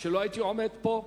שלא הייתי עומד פה,